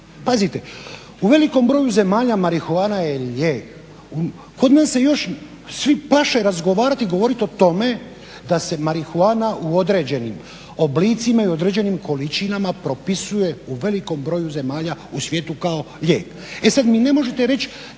Pazite, u velikom broju zemalja marihuana je lijek. Kod nas se još svi plaše razgovarati i govoriti o tome da se marihuana u određenim oblicima i određenim količinama propisuje u velikom broju zemalja u svijetu kao lijek. E sad mi ne možete reći